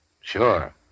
Sure